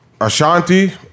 Ashanti